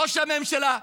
ראש הממשלה,